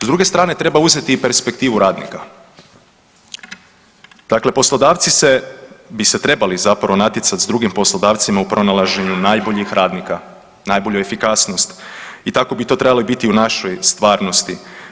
S druge strane treba uzet i perspektivu radnika, dakle poslodavci bi se trebali natjecati s drugim poslodavcima u pronalaženju najboljih radnika, najbolju efikasnost i tako bi trebalo biti i u našoj stvarnosti.